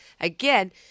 again